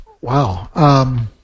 Wow